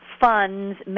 funds